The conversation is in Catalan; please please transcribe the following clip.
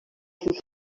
just